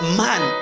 man